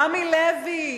"רמי לוי"